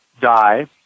die